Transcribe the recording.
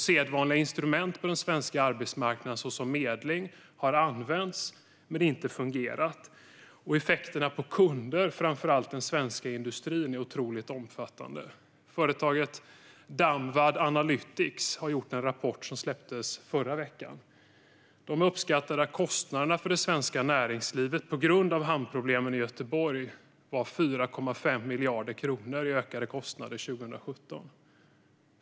Sedvanliga instrument på den svenska arbetsmarknaden såsom medling har använts men inte fungerat. Effekterna på kunder, framför allt den svenska industrin, är otroligt omfattande. Företaget Damvad Analytics uppskattar i en rapport som släpptes i förra veckan att effekten av hamnproblemen i Göteborg för Sveriges näringsliv var 4,5 miljarder kronor i ökade kostnader 2017.